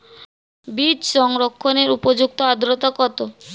বীজ সংরক্ষণের উপযুক্ত আদ্রতা কত?